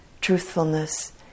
truthfulness